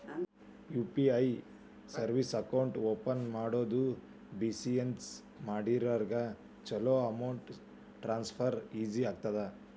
UPI service account open ಮಾಡೋದು business ಮಾಡೋರಿಗ ಚೊಲೋ ಅಮೌಂಟ್ ಟ್ರಾನ್ಸ್ಫರ್ ಈಜಿ ಆಗತ್ತ